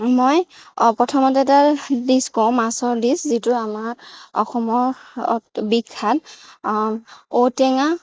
মই প্ৰথমতে এটা ডিচ কওঁ মাছৰ ডিচ যিটো আমাৰ অসমৰ বিখ্যাত ঔ টেঙা